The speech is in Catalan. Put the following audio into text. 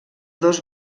dos